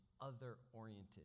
other-oriented